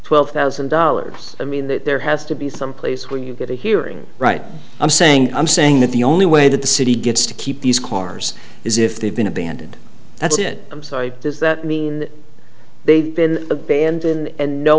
twelve thousand dollars i mean that there has to be some place where you get a hearing right i'm saying i'm saying that the only way that the city gets to keep these cars is if they've been abandoned that's it i'm sorry does that mean they've been abandoned and no